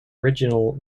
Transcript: original